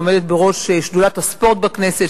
העומדת בראש שדולת הספורט בכנסת,